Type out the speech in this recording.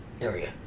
area